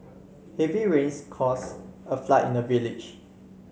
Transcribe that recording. heavy rains caused a flood in the village